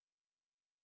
wait ah